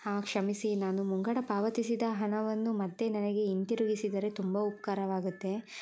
ಹಾಂ ಕ್ಷಮಿಸಿ ನಾನು ಮುಂಗಡ ಪಾವತಿಸಿದ ಹಣವನ್ನು ಮತ್ತೆ ನನಗೆ ಹಿಂತಿರುಗಿಸಿದರೆ ತುಂಬ ಉಪಕಾರವಾಗತ್ತೆ